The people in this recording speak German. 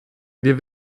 wir